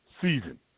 season